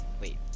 wait